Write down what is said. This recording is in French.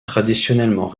traditionnellement